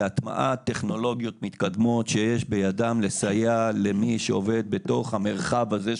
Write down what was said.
הטמעת טכנולוגיות מתקדמות שיש בידן לסייע למי שעובד בתוך המרחב הזה,